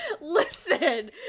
listen